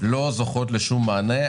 לא זוכות לשום מענה,